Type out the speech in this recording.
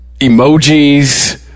emojis